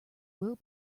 will